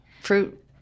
fruit